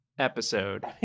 episode